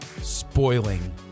spoiling